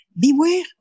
Beware